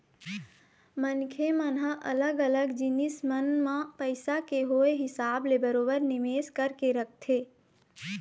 मनखे मन ह अलग अलग जिनिस मन म पइसा के होय हिसाब ले बरोबर निवेश करके रखथे